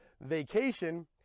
vacation